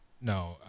no